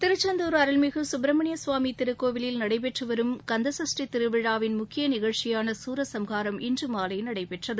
திருச்செந்தூர் அருள்மிகு சுப்பிரமணிய சுவாமி திருக்கோவில் நடைபெற்று வரும் கந்தசஷ்டி திருவிழாவின் முக்கிய நிகழ்ச்சியான சூரசம்ஹாரம் இன்று மாலை நடைபெற்றது